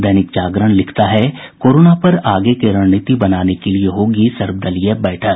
दैनिक जागरण लिखता है कोरोना पर आगे की रणनीति बनाने के लिए होगी सर्वदलीय बैठक